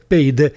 Paid